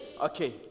okay